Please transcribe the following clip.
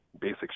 basic